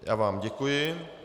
Já vám děkuji.